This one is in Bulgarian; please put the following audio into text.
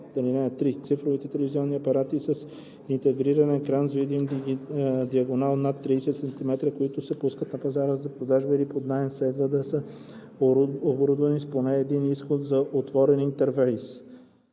за наем. (3) Цифровите телевизионни апарати с интегриран екран с видим диагонал над 30 cm, които се пускат на пазара за продажба или под наем, следва да са оборудвани с поне един изход за отворен интерфейс